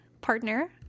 partner